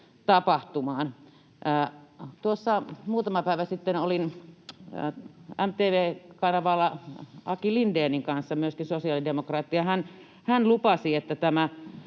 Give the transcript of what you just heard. muutama päivä sitten olin MTV-kanavalla Aki Lindénin kanssa, myöskin sosiaalidemokraatti, ja hän lupasi, että tämä